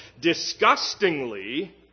disgustingly